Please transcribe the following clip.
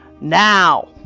now